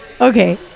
Okay